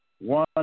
One